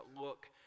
look